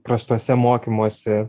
prastuose mokymosi